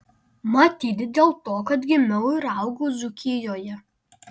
matyt dėl to kad gimiau ir augau dzūkijoje